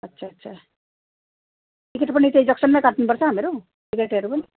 अच्छा अच्छा टिकेट पनि त्यही जक्सनमै काट्नुपर्छ हामीहरू टिकेटहरू पनि